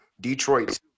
Detroit